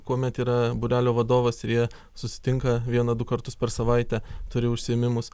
kuomet yra būrelio vadovas ir jie susitinka vieną du kartus per savaitę turi užsiėmimus